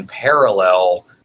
parallel